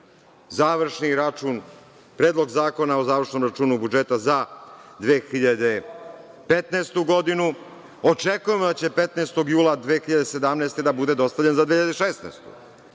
završni račun, Predlog zakona o završnom računa budžeta za 2015. godinu. Očekujem da će 15. jula 2017. godine da bude dostavljen za 2016.